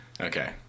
Okay